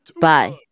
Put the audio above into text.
Bye